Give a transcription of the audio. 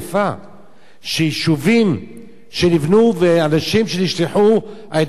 שיישובים שנבנו ואנשים שנשלחו על-ידי ממשלות ישראל,